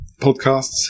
podcasts